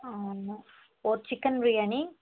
ஒரு சிக்கன் பிரியாணி